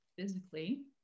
physically